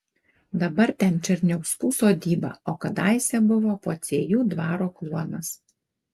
dabar ten černiauskų sodyba o kadaise buvo pociejų dvaro kluonas